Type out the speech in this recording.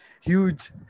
huge